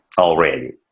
already